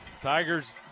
Tigers